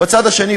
בצד השני.